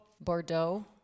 Bordeaux